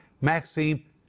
Maxine